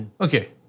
Okay